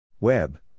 Web